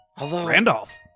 Randolph